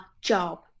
job